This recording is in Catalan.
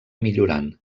millorant